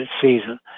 season